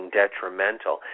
detrimental